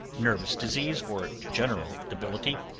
nervous disease, or general debility,